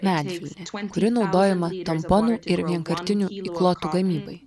medvilnė kuri naudojama tamponų ir vienkartinių įklotų gamybai